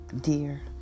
dear